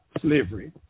slavery